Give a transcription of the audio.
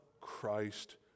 Christ